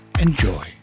enjoy